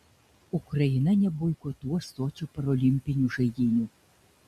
ukraina neboikotuos sočio parolimpinių žaidynių